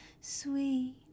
sweet